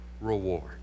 reward